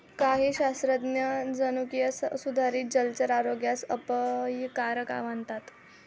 काही शास्त्रज्ञ जनुकीय सुधारित जलचर आरोग्यास अपायकारक मानतात